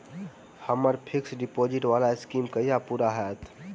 हम्मर fixed deposit वला scheme कहिया पूरा हैत?